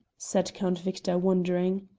said count victor, wondering.